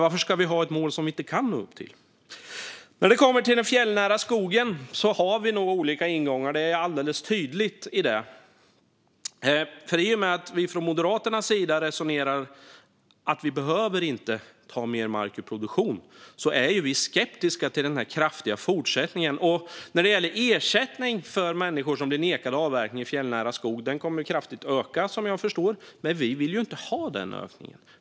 Varför ska vi ha ett mål som vi inte kan nå upp till? När det kommer till den fjällnära skogen är det alldeles tydligt att vi har olika ingångar. I och med att vi från Moderaternas sida anser att vi inte behöver ta mer mark ur produktion är vi skeptiska till den här kraftiga fortsättningen. Ersättningen till människor som blir nekade avverkning i fjällnära skog kommer att öka kraftigt, vad jag förstår. Men vi vill ju inte ha den ökningen.